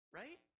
right